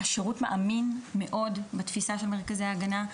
השירות מאמין מאוד בתפיסה של מרכזי הגנה.